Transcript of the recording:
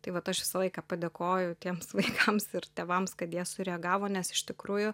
tai vat aš visą laiką padėkoju tiems vaikams ir tėvams kad jie sureagavo nes iš tikrųjų